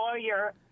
Lawyer